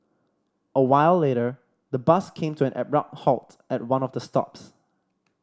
a while later the bus came to an abrupt halt at one of the stops